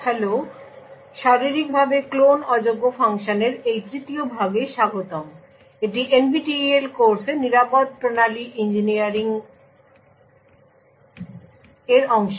hello এবং শারীরিকভাবে clone অযোগ্য ফাংশনের এই 3য় ভাগে স্বাগতম এটি NPTEL কোর্সের নিরাপদ প্রণালী ইঞ্জিনিয়ারিং এর অংশ